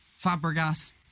Fabregas